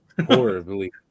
Horribly